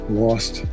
lost